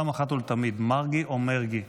אחת ולתמיד, מַרגי או מֶרגי?